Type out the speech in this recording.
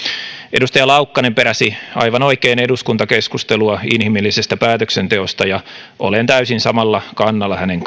edustaja laukkanen peräsi aivan oikein eduskuntakeskustelua inhimillisestä päätöksenteosta ja olen täysin samalla kannalla hänen